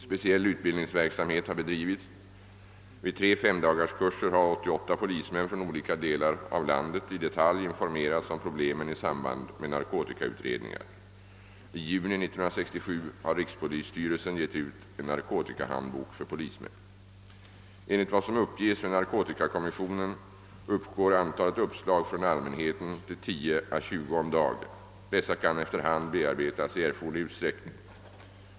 Speciell utbildningsverksamhet har bedrivits. Vid tre femdagarskurser har 88 polismän från olika delar av landet i detalj informerats om problemen i samband med narkotikautredningar. I juni 1967 har rikspolisstyrelsen gett ut en narkotikahandbok för polismän. Enligt vad som uppges vid narkotikakommissionen uppgår antalet uppslag från allmänheten till 10—20 om dagen. Dessa kan efterhand bearbetas i erforderlig utsträckning.